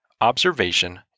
Observation